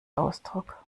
ausdruck